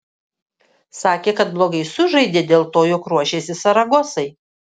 sakė kad blogai sužaidė dėl to jog ruošėsi saragosai